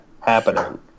happening